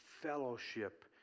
fellowship